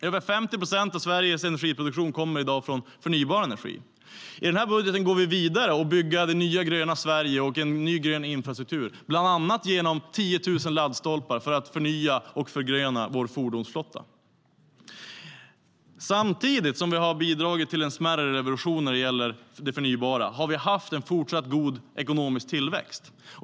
Över 50 procent av Sveriges energiproduktion kommer i dag från förnybar energi. Samtidigt som vi har bidragit till en smärre revolution när det gäller det förnybara har Sverige fortsatt att ha en god ekonomisk tillväxt.